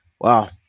Wow